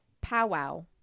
powwow